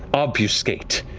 obfuscate.